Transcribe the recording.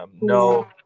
no